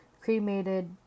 cremated